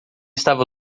estava